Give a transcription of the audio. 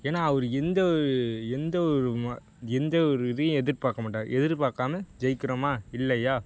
ஏன்னா அவரு எந்த எந்த ஒரு மா எந்த ஒரு இதையும் எதிர்பார்க்கமாட்டாரு எதிர்பார்க்காம ஜெயிக்கிறோமா இல்லையா